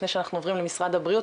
לפני שאנחנו עוברים למשרד הבריאות,